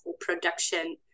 production